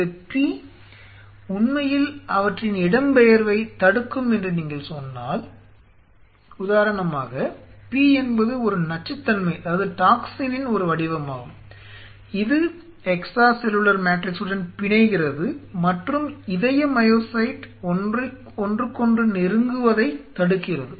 இந்த P உண்மையில் அவற்றின் இடம்பெயர்வைத் தடுக்கும் என்று நீங்கள் சொன்னால் உதாரணமாக P என்பது ஒரு நச்சுத்தன்மையின் ஒரு வடிவமாகும் இது எக்ஸ்ட்ரா செல்லுலார் மேட்ரிக்ஸுடன் பிணைகிறது மற்றும் இதய மையோசைட் ஒன்றுக்கொன்று நெருங்குவதைத் தடுக்கிறது